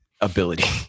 ability